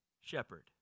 shepherd